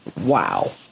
Wow